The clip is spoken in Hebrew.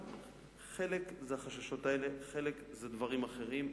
חלק זה החששות האלה, וחלק זה דברים אחרים.